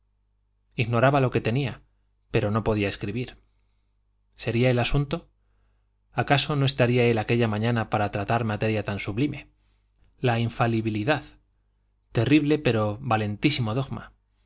ignoraba lo que tenía pero no podía escribir sería el asunto acaso no estaría él aquella mañana para tratar materia tan sublime la infalibilidad terrible pero valentísimo dogma